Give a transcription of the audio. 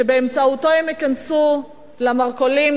שבאמצעותו הם ייכנסו למרכולים,